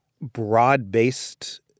broad-based